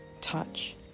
touch